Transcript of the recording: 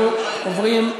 אנחנו עוברים,